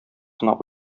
кына